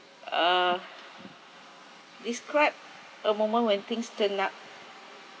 uh describe a moment when things turned out